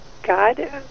god